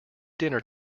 dinner